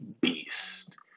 beast